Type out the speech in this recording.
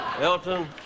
Elton